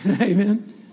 Amen